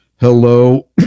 hello